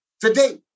today